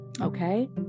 okay